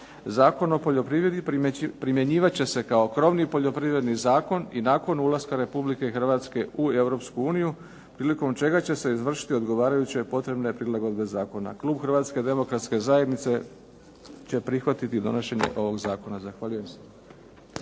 Zakon o poljoprivredi primjenjivat će se kao krovni poljoprivredni zakon i nakon ulaska Republike Hrvatske u Europsku uniju prilikom čega će se izvršiti odgovarajuće potrebne prilagodbe zakona. Klub Hrvatske demokratske zajednice će prihvatiti donošenje ovog zakona. Zahvaljujem se.